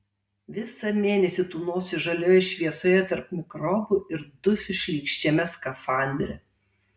visą mėnesį tūnosiu žalioje šviesoje tarp mikrobų ir dusiu šlykščiame skafandre